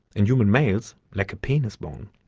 and human males lack a penis bone.